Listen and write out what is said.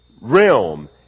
realm